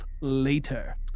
later